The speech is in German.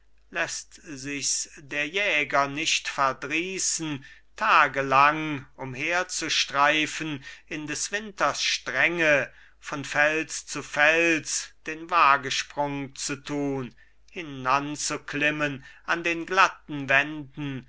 lässt sich's der jäger nicht verdrießen tagelang umherzustreifen in des winters strenge von fels zu fels den wagesprung zu tun hinanzuklimmen an den glatten wänden